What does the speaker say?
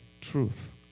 Truth